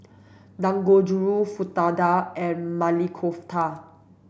Dangojiru Fritada and Maili Kofta